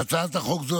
בהצעת חוק זו,